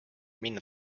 minna